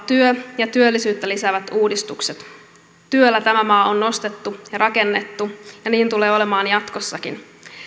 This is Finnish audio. työ ja työllisyyttä lisäävät uudistukset työllä tämä maa on nostettu ja rakennettu ja niin tulee olemaan jatkossakin